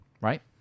right